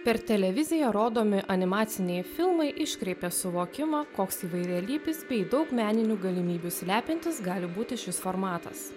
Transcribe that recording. per televiziją rodomi animaciniai filmai iškreipia suvokimą koks įvairialypis bei daug meninių galimybių slepiantis gali būti šis formatas